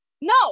No